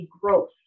growth